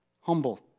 humble